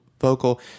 vocal